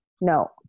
No